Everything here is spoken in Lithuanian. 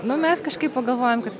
nu mes kažkaip pagalvojom kad